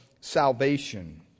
salvation